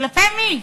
כלפי מי?